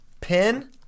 pin